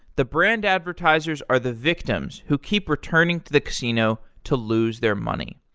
the brand advertisers are the victims who keep returning to the casino to lose their money.